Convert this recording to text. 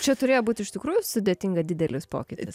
čia turėjo būt iš tikrųjų sudėtinga didelis pokytis